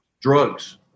drugs